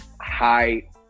high